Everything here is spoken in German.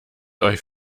euch